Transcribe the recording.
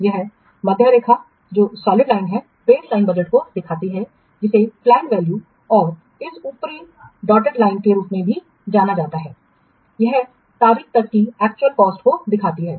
यह मध्य रेखा ठोस रेखा बेसलाइन बजट को दिखाती है जिसे पलैंड वैल्यू और इस ऊपरी डॉट लाइन के रूप में भी जाना जाता है यह तारीख तक की एक्चुअल कॉस्ट को दिखाती है